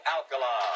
Alcala